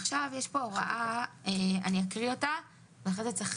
עכשיו יש פה הוראה אקרא אותה ואחרי כן צריך